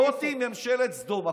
זאת היא ממשלת סדום.